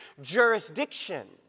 jurisdiction